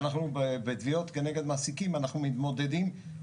אנחנו בתביעות כנגד מעסיקים אנחנו מתמודדים,